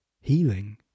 healing